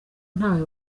ntawe